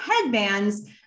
headbands